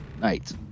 night